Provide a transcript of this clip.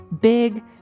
big